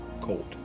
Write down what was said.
Cold